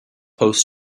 post